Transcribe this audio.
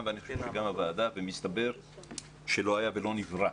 ואני חושב שגם הוועדה בירכה אבל מסתבר שלא היה ולא נברא.